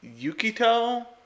Yukito